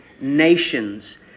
nations